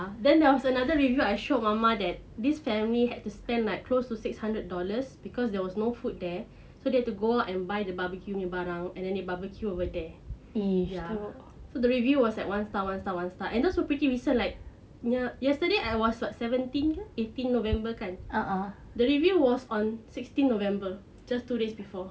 then there was another review I showed mama that this family had to spend like close to six hundred dollars because there was no food there so they have to go out and buy the barbecue nya barang barbecue over there so ya the review was like all one star one star one star those were pretty recent like ya yesterday it was seventeen eighteen november kan the review was on sixteen november just two days before